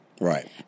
Right